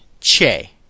Che